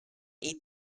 eat